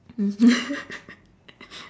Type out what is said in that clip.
mmhmm